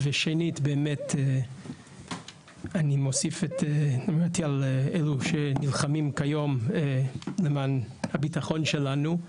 ושנית אני באמת מוסיף על אילו שנלחמים כיום למען הביטחון שלנו.